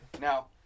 Now